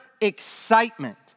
excitement